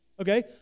okay